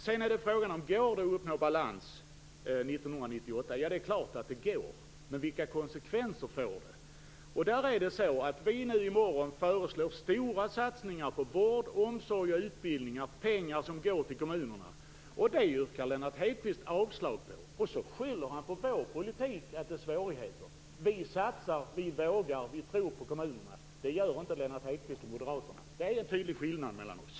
Frågan är om det går att uppnå balans 1998. Ja, det är klart att det går, men vilka konsekvenser får det? I morgon kommer vi att föreslå stora satsningar på vård, omsorg och utbildning - pengar som går till kommunerna. Det yrkar Lennart Hedquist avslag på samtidigt som han skyller på att vår politik skapar svårigheter. Vi satsar, vi vågar och vi tror på kommunerna. Det gör inte Lennart Hedquist och Moderaterna, och det är en tydlig skillnad mellan oss.